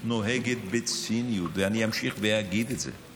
נוהגת בציניות, אני אמשיך להגיד את זה.